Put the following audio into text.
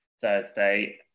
Thursday